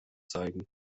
zeigen